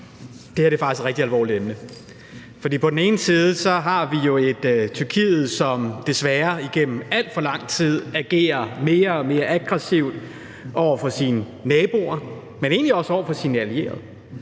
det her faktisk er et rigtig alvorligt emne. For på den ene side har vi jo et Tyrkiet, som desværre igennem alt for lang tid har ageret mere og mere aggressivt over for sine naboer, men egentlig også over for sine allierede.